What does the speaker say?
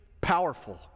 powerful